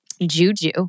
juju